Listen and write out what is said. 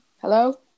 Hello